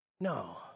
No